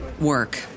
work